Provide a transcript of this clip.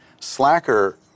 Slacker